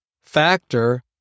factor